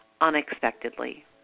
unexpectedly